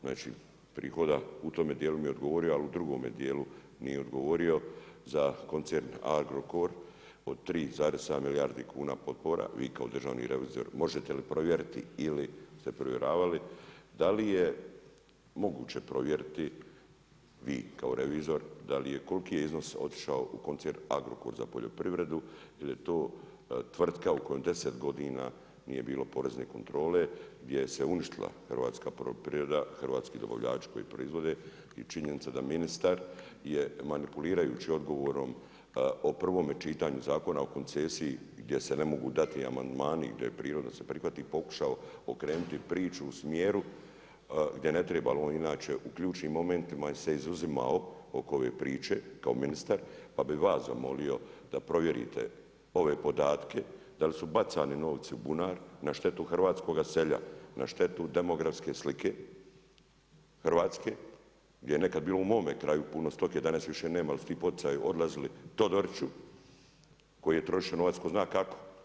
Znači prihoda u tom dijelu mi je odgovorio, ali u drugome dijelu nije odgovorio za koncern Agrokor od 3,7 milijarda kuna potpora, vi kao državni revizor možete li provjeriti ili ste provjeravali, da li je moguće provjeriti vi kao revizor, koliko je iznos otišao u koncern u Agrokor za poljoprivredu jer je to tvrtka u kojoj 10 godina nije bilo porezne kontrole gdje se uništila hrvatska poljoprivreda, hrvatski dobavljači koji proizvode i činjenica da ministar je manipulirajući odgovorom o prvome čitaju Zakona o koncesiji gdje se mogu dati amandmani, gdje je prirodno da se prihvati, pokušao okrenuti priču u smjeru gdje ne treba jer on inače u uključim momentima se izuzimao oko ove priče kao ministar pa bi vas zamolio da provjerite ove podatke dal i su bacani novci u bunar na štetu hrvatskoga sela, na štetu demografske slike Hrvatske gdje je nekad bilo u mome kraju puno stoke, danas više nema jer svi poticaji su odlazili Todoriću, koji je trošio novac tko zna kako.